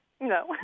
No